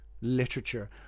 literature